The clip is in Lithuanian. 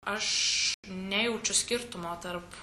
aš nejaučiu skirtumo tarp